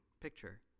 picture